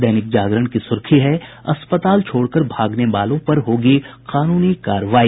दैनिक जागरण की सुर्खी है अस्पताल छोड़कर भागने वालों पर होगी कानूनी कार्रवाई